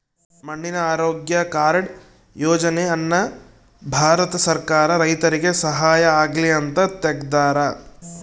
ಮಣ್ಣಿನ ಆರೋಗ್ಯ ಕಾರ್ಡ್ ಯೋಜನೆ ಅನ್ನ ಭಾರತ ಸರ್ಕಾರ ರೈತರಿಗೆ ಸಹಾಯ ಆಗ್ಲಿ ಅಂತ ತೆಗ್ದಾರ